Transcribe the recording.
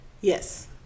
Yes